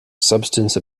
substance